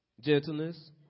gentleness